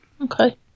Okay